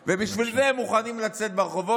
ובשביל זה הם מוכנים לצאת לרחובות.